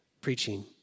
preaching